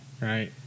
right